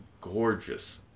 gorgeous